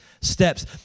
steps